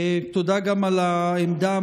השר, אתה מעוניין לענות?